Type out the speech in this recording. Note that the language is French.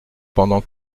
pendant